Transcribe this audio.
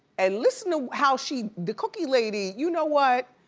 and listen to how she, the cookie lady, you know what?